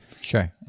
sure